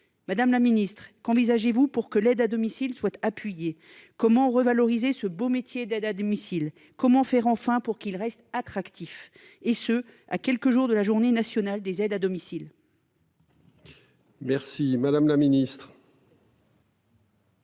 Madame la Ministre qu'envisagez-vous pour que l'aide à domicile appuyer comment revaloriser ce beau métier d'aide à domicile, comment faire enfin pour qu'il reste attractif et ce à quelques jours de la journée nationale des aides à domicile. Merci, madame la Ministre.